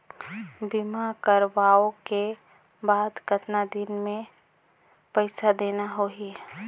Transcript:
बीमा करवाओ के बाद कतना दिन मे पइसा देना हो ही?